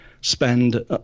spend